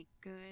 good